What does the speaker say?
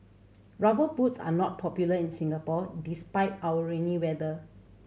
Rubber Boots are not popular in Singapore despite our rainy weather